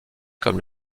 comme